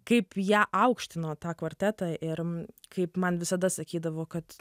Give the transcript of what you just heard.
kaip ją aukštino tą kvartetą ir kaip man visada sakydavo kad